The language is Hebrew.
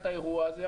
את האירוע הזה.